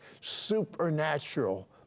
supernatural